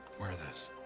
wear this.